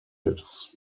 his